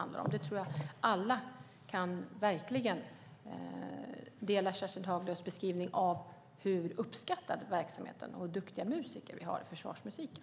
Jag tror att alla kan hålla med om Kerstin Haglös beskrivning av hur uppskattad verksamheten är och hur duktiga musiker vi har i försvarsmusiken.